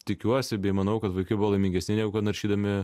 tikiuosi bei manau kad vaikai buvo laimingesni negu naršydami